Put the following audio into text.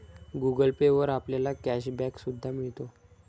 Google Pay वर आपल्याला cash back सुद्धा मिळतो